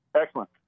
Excellent